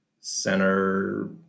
center